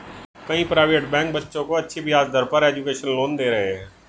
कई private bank बच्चों को अच्छी ब्याज दर पर एजुकेशन लोन दे रहे है